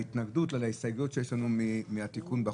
להתנגדות או להסתייגויות שיש לנו מהתיקון בחוק.